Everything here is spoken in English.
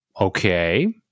okay